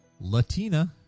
Latina